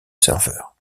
serveur